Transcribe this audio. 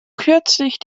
kürzlich